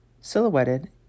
Silhouetted